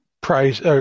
Price